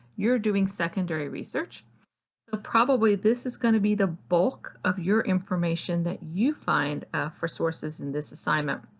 you're doing secondary research. so probably this is going to be the bulk of your information that you find for sources in this assignment